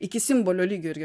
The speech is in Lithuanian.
iki simbolio lygio irgi